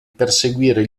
perseguire